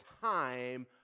time